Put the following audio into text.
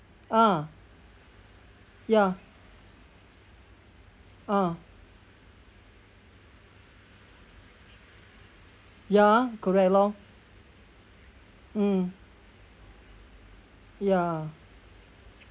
ah ya ah ya correct lor mm ya